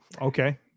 okay